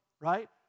right